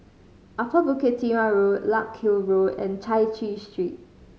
Upper Bukit Timah Road Larkhill Road and Chai Chee Street